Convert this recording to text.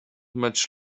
much